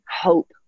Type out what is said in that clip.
hope